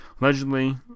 Allegedly